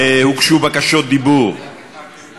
הוגשו בקשות לרשות